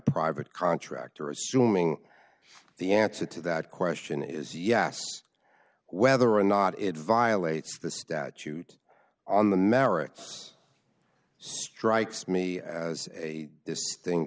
private contractor assuming the answer to that question is yes whether or not it violates the statute on the merits strikes me as a thin